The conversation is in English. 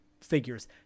figures